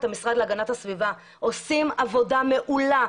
המשרד להגנת הסביבה שעושים עבודה מעולה,